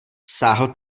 sáhl